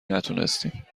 نتونستیم